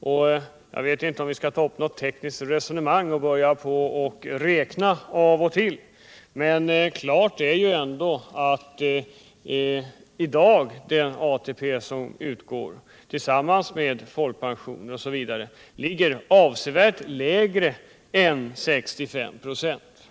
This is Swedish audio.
Vi kanske inte skall ta upp något tekniskt resonemang här och börja räkna hit och dit, men det är ändå klart att den ATP som i dag utgår tillsammans med folkpension osv. ligger avsevärt lägre än dessa 65 96.